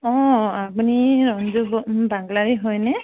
অঁ আপুনি অঞ্জো বাগলাৰী হয়নে